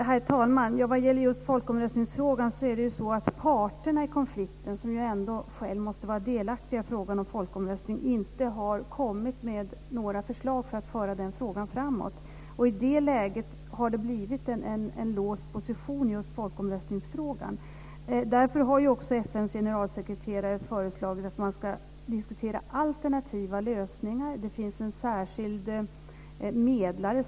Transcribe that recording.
Herr talman! Jag skulle vilja ställa en fråga till statsrådet Lars-Erik Lövdén. Nu närmar vi oss sommaren, och kusten är ett stort rekreationsområde för stadsfolket. Själv kommer jag från Tjörn.